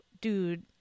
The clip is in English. dude